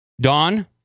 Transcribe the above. Dawn